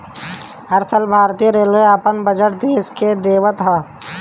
हर साल भारतीय रेलवे अपन बजट देस के देवत हअ